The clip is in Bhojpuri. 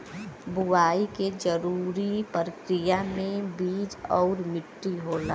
बुवाई के जरूरी परकिरिया में बीज आउर मट्टी होला